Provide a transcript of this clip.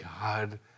God